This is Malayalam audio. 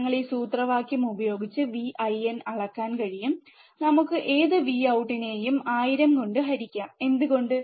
ഞങ്ങൾ ഈ സൂത്രവാക്യം ഉപയോഗിച്ച് Vin അളക്കാൻ കഴിയും നമുക്ക് ഏത് Voutട്ടിനെയും ആയിരം കൊണ്ട് ഹരിക്കാം എന്തുകൊണ്ട്